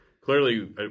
clearly